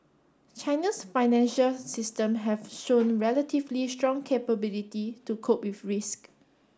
China's financial system have shown relatively strong capability to cope with risk